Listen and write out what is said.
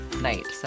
night